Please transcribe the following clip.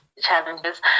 challenges